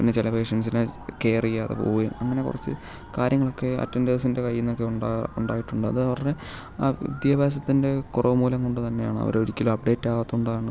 പിന്നെ ചില പേഷ്യൻസിനെ കെയർ ചെയ്യാതെ പോവുകയും അങ്ങനെ കുറച്ച് കാര്യങ്ങളൊക്കെ അറ്റൻഡേഴ്സിൻ്റെ കയ്യിൽ നിന്നൊക്കെ ഉണ്ടാ ഉണ്ടായിട്ടുണ്ട് അത് അവരുടെ ആ വിദ്യാഭ്യാസത്തിൻ്റെ കുറവ് മൂലം കൊണ്ട് തന്നെയാണ് അവർ ഒരിക്കലും അപ്ഡേറ്റ് ആവാത്തതുകൊണ്ടാണ്